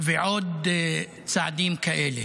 ועוד צעדים כאלה.